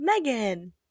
megan